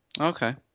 Okay